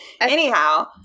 Anyhow